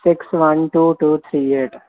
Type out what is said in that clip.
six one two two three eight